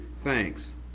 thanks